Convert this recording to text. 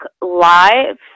Live